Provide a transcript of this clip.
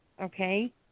okay